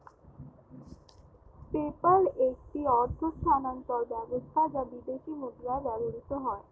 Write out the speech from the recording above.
PayPal একটি অর্থ স্থানান্তর ব্যবস্থা যা বিদেশী মুদ্রায় ব্যবহৃত হয়